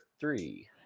three